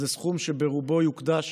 סכום שברובו יוקדש